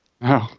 No